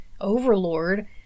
overlord